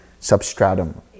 substratum